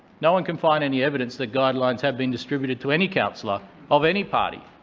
no one can find any evidence that guidelines have been distributed to any councillor of any party.